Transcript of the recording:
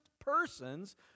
persons